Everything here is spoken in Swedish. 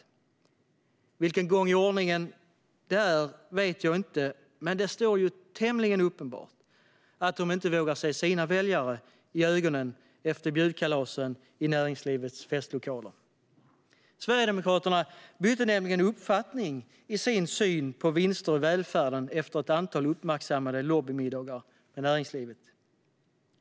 För vilken gång i ordningen det är vet jag inte, men det är tämligen uppenbart att de inte vågar se sina väljare i ögonen efter bjudkalasen i näringslivets festlokaler. Sverigedemokraterna bytte nämligen uppfattning i sin syn på vinster i välfärden efter ett antal uppmärksammade lobbymiddagar med näringslivet.